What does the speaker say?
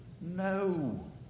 No